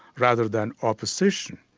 rather than opposition.